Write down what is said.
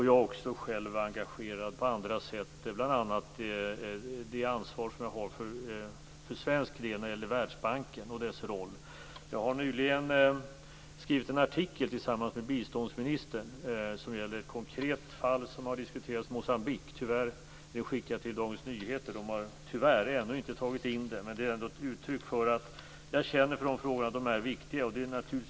Jag är själv engagerad på andra sätt, bl.a. genom det ansvar som jag har för svensk del när det gäller Världsbanken och dess roll. Jag har nyligen tillsammans med biståndsministern skrivit en artikel som gäller ett konkret fall som har diskuterats, nämligen Moçambique. Den har skickats till Dagens Nyheter, men de har tyvärr inte ännu tagit in den. Det är ett uttryck för att jag känner för de frågorna och anser att de är viktiga.